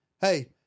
Hey